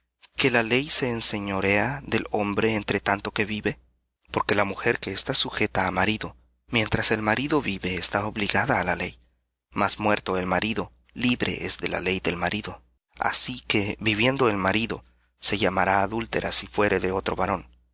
que la ley se enseñorea del hombre entre tanto que vive porque la mujer que está sujeta á marido mientras el marido vive está obligada á la ley mas muerto el marido libre es de la ley del marido así que viviendo el marido se llamará adúltera si fuere de otro varón